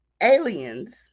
aliens